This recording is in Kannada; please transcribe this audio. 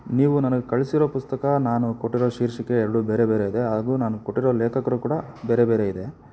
ನೀವು ನನಗೆ ಕಳಿಸಿರೋ ಪುಸ್ತಕ ನಾನು ಕೊಟ್ಟಿರೋ ಶೀರ್ಷಿಕೆ ಎರಡು ಬೇರೆ ಬೇರೆ ಇದೆ ಹಾಗೂ ನಾನು ಕೊಟ್ಟಿರುವ ಲೇಖಕರು ಕೂಡ ಬೇರೆ ಬೇರೆ ಇದೆ